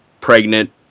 pregnant